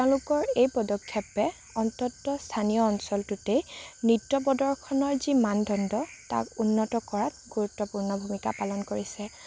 তেওঁলোকৰ এই পদক্ষেপে অন্তত স্থানীয় অঞ্চলটোতেই নৃত্য প্ৰদৰ্শনৰ যি মানদণ্ড তাক উন্নত কৰাত গুৰুত্বপূৰ্ণ ভূমিকা পালন কৰিছে